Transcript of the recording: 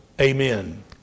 Amen